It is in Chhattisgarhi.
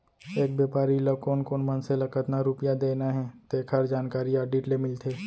एक बेपारी ल कोन कोन मनसे ल कतना रूपिया देना हे तेखर जानकारी आडिट ले मिलथे